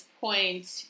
point